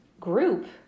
group